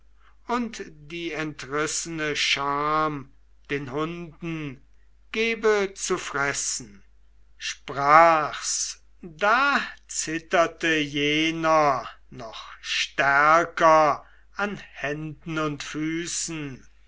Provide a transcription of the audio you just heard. und die entrissene scham den hunden gebe zu fressen sprach's da zitterte jener noch stärker an händen und füßen